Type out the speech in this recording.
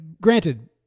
granted